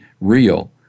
real